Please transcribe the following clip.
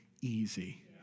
easy